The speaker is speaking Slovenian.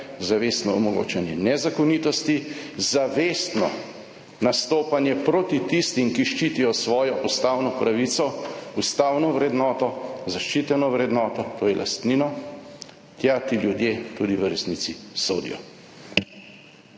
zavestno omogočanje nezakonitosti, zavestno nastopanje proti tistim, ki ščitijo svojo ustavno pravico, ustavno vrednoto, zaščiteno vrednoto, to je lastnino, tja ti ljudje tudi v resnici sodijo.